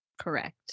Correct